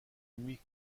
nuit